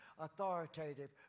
authoritative